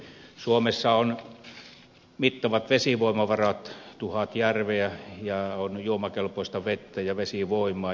suomessa on mittavat vesivoimavarat tuhat järveä ja on juomakelpoista vettä ja vesivoimaa